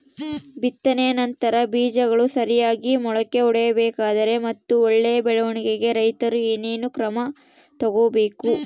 ಬಿತ್ತನೆಯ ನಂತರ ಬೇಜಗಳು ಸರಿಯಾಗಿ ಮೊಳಕೆ ಒಡಿಬೇಕಾದರೆ ಮತ್ತು ಒಳ್ಳೆಯ ಬೆಳವಣಿಗೆಗೆ ರೈತರು ಏನೇನು ಕ್ರಮ ತಗೋಬೇಕು?